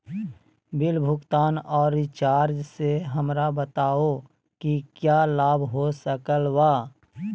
Bill भुगतान और recharge से हमरा बताओ कि क्या लाभ हो सकल बा?